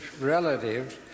relatives